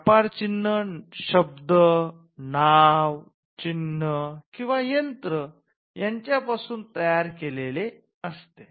व्यापार चिन्ह शब्द नाव चिन्ह किंवा यंत्र यांच्या पासून तयार केलेले असते